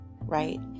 Right